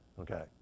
Okay